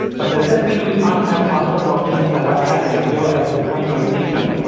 but does that mean we can't have faster blockchains that are as secure as bitcoin or ethereum?